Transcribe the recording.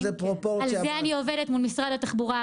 על זה אני עובדת עכשיו מול משרד התחבורה,